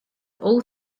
all